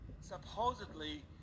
supposedly